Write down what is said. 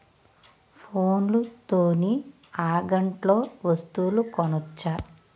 ఫోన్ల తోని అంగట్లో వస్తువులు కొనచ్చా?